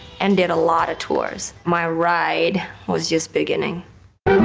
and did a lot of tours. my ride was just beginning.